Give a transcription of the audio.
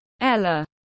Ella